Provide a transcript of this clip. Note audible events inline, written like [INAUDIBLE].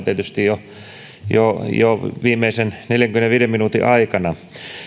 [UNINTELLIGIBLE] tietysti jo käyty hyvää keskustelua viimeisen neljänkymmenenviiden minuutin aikana